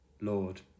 Lord